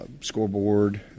scoreboard